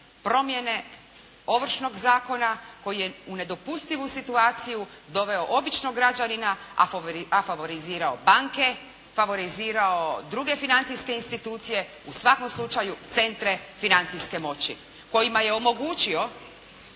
promjene Ovršnog zakona koji je u nedopustivu situaciju doveo običnog građanina, a favorizirao banke, favorizirao druge financijske institucije. U svakom slučaju centre financijske moći kojima je omogućio